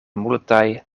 multaj